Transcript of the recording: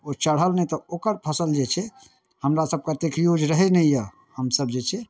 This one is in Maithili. कोय चढ़ल नहि तऽ ओकर फसल जे छै हमरासभके अत्तेक यूज रहैत नहि यए हमसभ जे छै